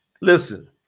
Listen